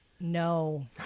No